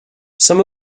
some